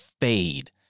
fade